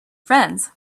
friends